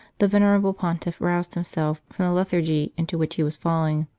the venerable pontiff roused himself from the lethargy into which he was falling.